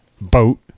boat